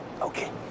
Okay